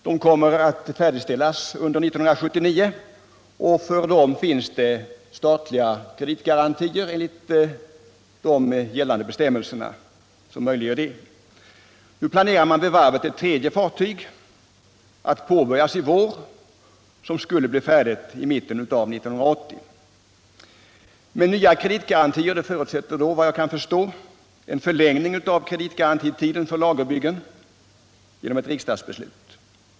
De kommer att färdigställas under 1979 och för dem finns statliga kreditgarantier enligt de gällande bestämmelserna. Ett tredje fartyg planeras att påbörjas i vår och beräknas vara färdigt i mitten av 1980. Nya kreditgarantier förutsätter emellertid, vad jag kan förstå, en förläng ning av kreditgarantitiden för lagerbyggen genom ett riksdagsbeslut.